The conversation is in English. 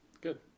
Good